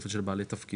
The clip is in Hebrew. תוספת של בעלי תפקידים,